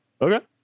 Okay